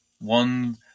one